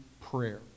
prayer